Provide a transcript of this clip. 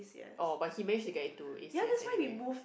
oh but he manage to get into A_C_S anyway